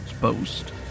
post